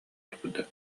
турда